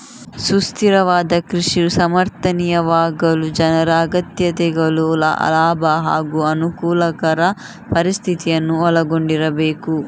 ಸುಸ್ಥಿರವಾದ ಕೃಷಿಯು ಸಮರ್ಥನೀಯವಾಗಲು ಜನರ ಅಗತ್ಯತೆಗಳು ಲಾಭ ಹಾಗೂ ಅನುಕೂಲಕರ ಪರಿಸ್ಥಿತಿಯನ್ನು ಒಳಗೊಂಡಿರಬೇಕು